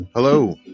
hello